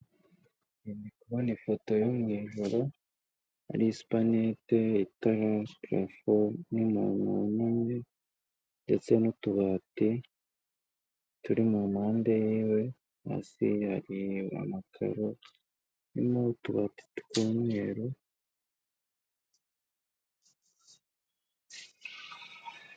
Ndi kubona ifoto yo mu ijoro, hari supanete, itara, parafo n'abantu bahagaze ndetse n'utubati turi mu mpande y'iwe, munsi hari amakaro, harimo utubati tw'umweru...